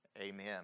amen